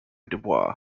dubois